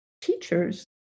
teachers